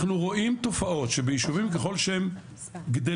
אנחנו רואים תופעות שבישובים ככל והם גדלים,